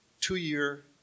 two-year